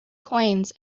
coins